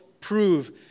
prove